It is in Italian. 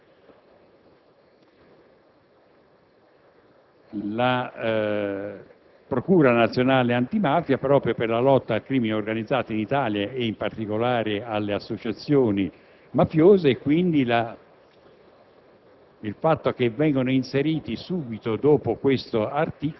Come è noto, l'articolo 371-*bis* ha introdotto la Procura nazionale antimafia proprio per la lotta al crimine organizzato in Italia e, in particolare, alle associazioni mafiose. Quindi,